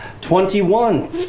Twenty-one